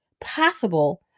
possible